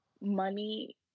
money